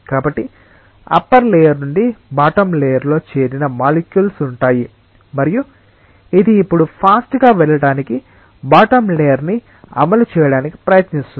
కాబట్టి upper layer నుండి bottom layer లో చేరిన మాలిక్యుల్స్ ఉంటాయి మరియు ఇది ఇప్పుడు ఫాస్ట్ గా వెళ్ళడానికి బాటమ్ లేయర్ ని అమలు చేయడానికి ప్రయత్నిస్తుంది